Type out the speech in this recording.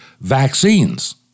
vaccines